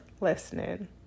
listening